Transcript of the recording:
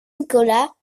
nicolas